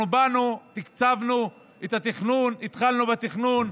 אנחנו באנו, תקצבנו את התכנון, התחלנו בתכנון,